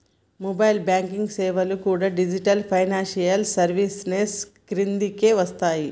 mobile banking సేవలు కూడా digital financial services కిందకే వస్తయ్యి